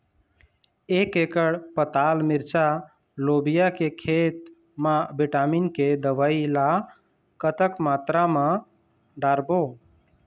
एक एकड़ पताल मिरचा लोबिया के खेत मा विटामिन के दवई ला कतक मात्रा म डारबो?